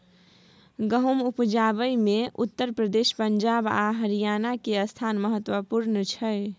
गहुम उपजाबै मे उत्तर प्रदेश, पंजाब आ हरियाणा के स्थान महत्वपूर्ण छइ